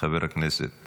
חבר הכנסת